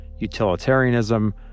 utilitarianism